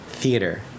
theater